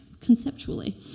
conceptually